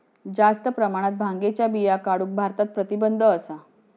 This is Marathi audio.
जास्त प्रमाणात भांगेच्या बिया काढूक भारतात प्रतिबंध असा